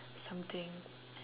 something